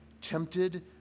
tempted